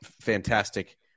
fantastic